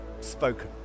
spoken